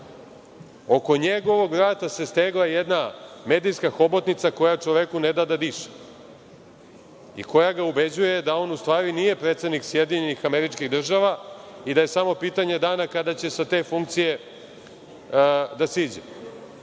oko njegovog vrata se stegla jedna medijska hobotnica koja čoveku ne da da diše i koja ga ubeđuje da on u stvari nije predsednik SAD i da je samo pitanje dana kada će sa te funkcije da siđe. Mi